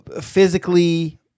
physically